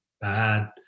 bad